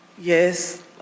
Yes